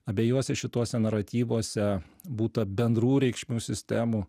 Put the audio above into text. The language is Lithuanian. abiejuose šituose naratyvuose būta bendrų reikšmių sistemų